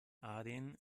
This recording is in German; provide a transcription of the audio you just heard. aden